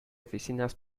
oficinas